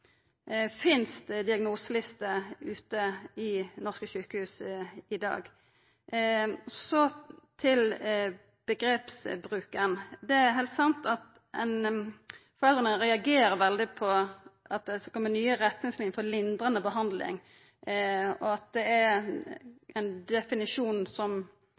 Finst det diagnoselister i norske sjukehus i dag? Så til omgrepsbruken. Det er heilt sant at foreldra reagerer veldig på at det skal koma nye retningslinjer for lindrande behandling, og at det er ein definisjon